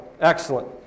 Excellent